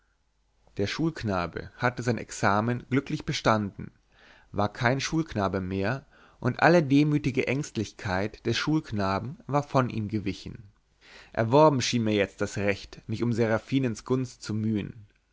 der schulknabe hatte sein examen glücklich bestanden war kein schulknabe mehr und alle demütige ängstlichkeit des schulknaben war von ihm gewichen erworben schien mir jetzt das recht mich um seraphinens gunst zu mühen